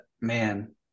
man